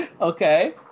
okay